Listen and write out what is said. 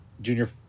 Junior